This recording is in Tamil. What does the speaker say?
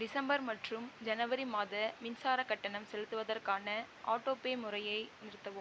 டிசம்பர் மற்றும் ஜனவரி மாத மின்சாரக் கட்டணம் செலுத்துவதற்கான ஆட்டோபே முறையை நிறுத்தவும்